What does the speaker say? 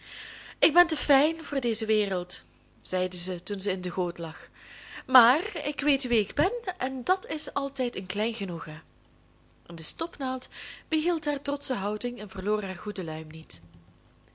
ik ben te fijn voor deze wereld zeide zij toen zij in de goot lag maar ik weet wie ik ben en dat is altijd een klein genoegen en de stopnaald behield haar trotsche houding en verloor haar goede luim niet